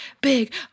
big